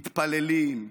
מתפללים,